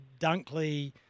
Dunkley